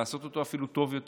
לעשות אותו טוב אפילו יותר,